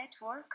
network